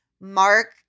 Mark